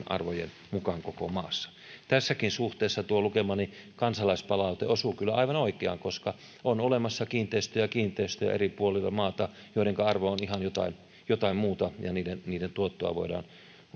arvojen mukaan koko maassa tässäkin suhteessa tuo lukemani kansalaispalaute osuu kyllä aivan oikeaan koska on olemassa sellaisia kiinteistöjä eri puolilla maata joidenka arvo on ihan jotain jotain muuta ja niiden niiden tuottoa voidaan